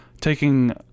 taking